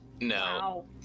no